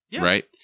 right